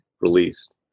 released